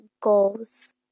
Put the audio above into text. goals